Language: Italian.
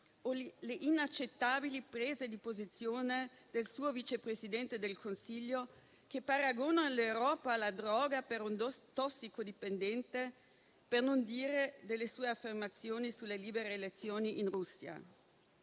o le inaccettabili prese di posizione del suo Vicepresidente del Consiglio, che paragona l'Europa alla droga per un tossicodipendente; per non dire delle sue affermazioni sulle libere elezioni in Russia.